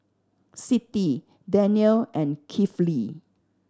Siti Daniel and Kifli